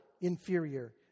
inferior